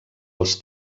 als